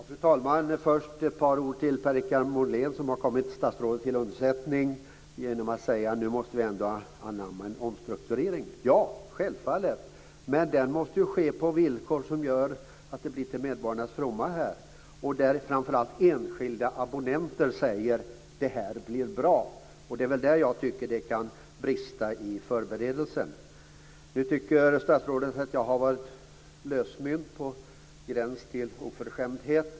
Fru talman! Först vill jag säga ett par ord till Per Richard Molén, som har kommit statsrådet till undsättning genom att säga att nu måste vi ändå anamma en omstrukturering. Ja, självfallet. Men den måste ju ske på villkor som gör att den blir till medborgarnas fromma och där framför allt enskilda abonnenter säger: Det här blir bra. Det är där jag tycker att det kan brista i förberedelserna. Nu tycker statsrådet att jag har varit lösmynt på gränsen till oförskämdhet.